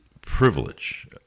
privilege